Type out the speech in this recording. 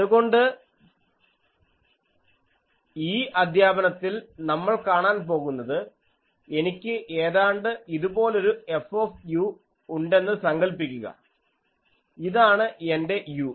അതുകൊണ്ട് ഈ അധ്യാപനത്തിൽ നമ്മൾ കാണാൻ പോകുന്നത് എനിക്ക് ഏതാണ്ട് ഇതുപോലൊരു F ഉണ്ടെന്ന് സങ്കൽപ്പിക്കുക ഇതാണ് എൻറെ u